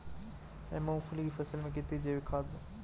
मैं मूंगफली की फसल में कितनी जैविक खाद दूं?